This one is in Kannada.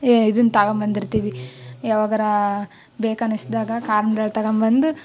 ಇದನ್ನು ತಗೊಬಂದಿರ್ತೀವಿ ಯಾವಗಾರ ಬೇಕೆನಿಸ್ದಾಗ ಖಾರ ಮಂಡಾಳ್ ತಗೊಬಂದು